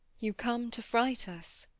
you come to fright us.